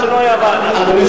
שלא היתה ועדה.